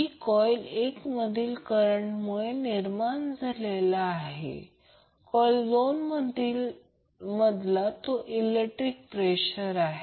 जी coil एक मधील करंटमुळे निर्माण झालेला कॉइल 2 मधला इलेक्ट्रिक प्रेशर आहे